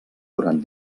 durant